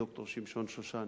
ד"ר שמשון שושני,